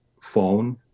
phone